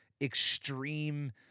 extreme